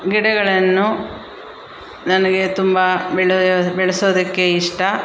ಗಿಡಗಳನ್ನು ನನಗೆ ತುಂಬ ಬೆಳೆಯೋ ಬೆಳೆಸೋದಕ್ಕೆ ಇಷ್ಟ